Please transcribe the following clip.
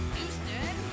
Houston